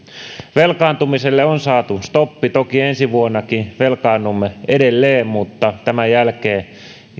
velkaantumiselle on saatu stoppi toki ensi vuonnakin velkaannumme edelleen mutta tämän jälkeen